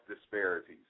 disparities